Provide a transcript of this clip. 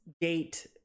date